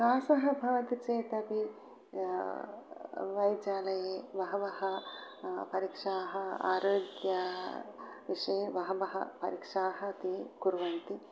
कासः भवति चेत् अपि वैद्यालये बहवः परीक्षाः आरोग्यविषये बहवः परीक्षाः ते कुर्वन्ति